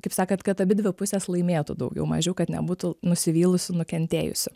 kaip sakant kad abidvi pusės laimėtų daugiau mažiau kad nebūtų nusivylusių nukentėjusių